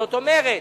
זאת אומרת